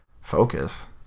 Focus